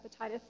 hepatitis